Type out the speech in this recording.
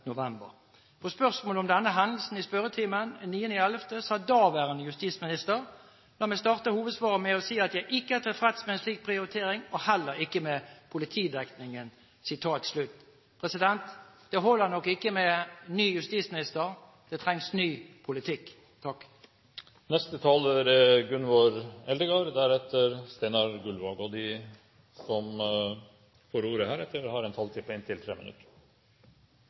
november. På spørsmål om denne hendelsen i spørretimen den 9. november sa daværende justisminister: «La meg før jeg starter på hovedsvaret mitt, bare si at jeg ikke er tilfreds med en slik prioritering og heller ikke med politidekningen.» Det holder nok ikke med ny justisminister; det trengs ny politikk. De talere som heretter får ordet, har en taletid på inntil